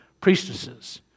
priestesses